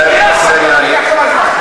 חבר הכנסת בר-לב.